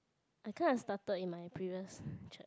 I kinda started in my previous church